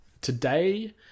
Today